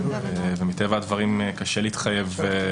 אבל מטבע הדברים קשה להתחייב.